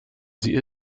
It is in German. sie